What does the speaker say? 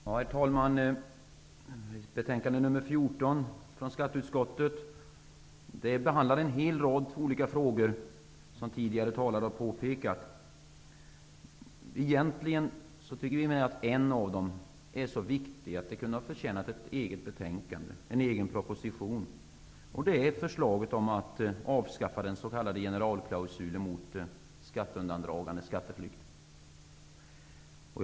Herr talman! I skatteutskottets betänkande nr 14 behandlas en hel rad olika frågor, som tidigare talare har påpekat. Egentligen tycker vi att en av de frågorna är så viktig att den kunde ha förtjänat ett eget betänkande och en egen proposition. Det gäller förslaget att avskaffa den s.k. generalklausulen mot skatteundandragande, skatteflykt.